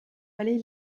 aller